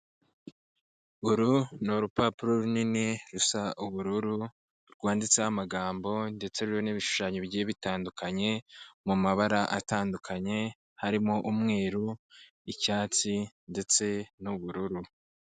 Uru ni urupapuro runini rusa ubururu, rwanditseho amagambo ndetse ruriho n'ibishushanyo bigiye bitandukanye, mu mabara atandukanye, harimo umweru, icyatsi ndetse n'ubururu.